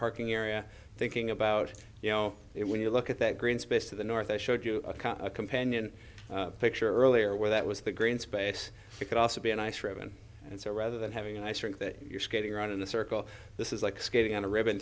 parking area thinking about you know it when you look at that green space to the north i showed you a companion picture earlier where that was the green space it could also be an ice ribbon and so rather than having an ice rink that you're skating around in a circle this is like skating on a ribbon